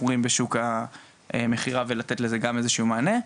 רואים בשוק המכירה ולתת לזה גם איזה שהוא מענה.